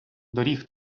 доріг